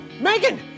Megan